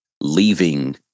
leaving